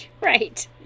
Right